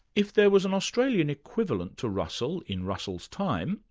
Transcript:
if there was an australian equivalent to russell in russell's time,